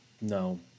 no